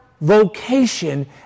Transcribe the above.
vocation